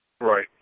Right